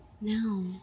no